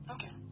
Okay